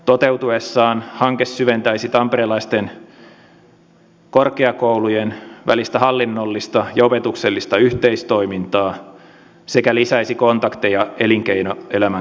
toteutuessaan hanke syventäisi tamperelaisten korkeakoulujen välistä hallinnollista ja opetuksellista yhteistoimintaa sekä lisäisi kontakteja elinkeinoelämän kanssa